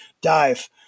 Dive